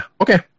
Okay